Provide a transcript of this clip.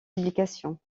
publications